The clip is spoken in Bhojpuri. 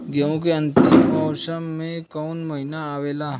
गेहूँ के अंतिम मौसम में कऊन महिना आवेला?